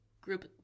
group